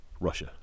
Russia